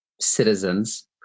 citizens